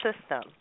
system